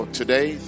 today